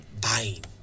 Buying